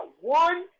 one